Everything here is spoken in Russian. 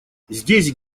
здесь